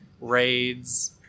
raids